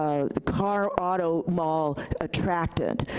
car, auto-mall attractant.